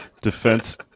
defense